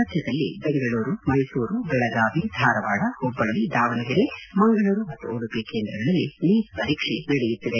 ರಾಜ್ವದಲ್ಲಿ ದೆಂಗಳೂರು ಮೈಸೂರು ಬೆಳಗಾವಿ ಧಾರಾವಾಡ ಹುಬ್ಬಳ್ಳಿ ದಾವಣಗೆರೆ ಮಂಗಳೂರು ಮತ್ತು ಉಡುಪಿ ಕೇಂದ್ರಗಳಲ್ಲಿ ನೀಟ್ ಪರೀಕ್ಷೆ ನಡೆಯುತ್ತಿದೆ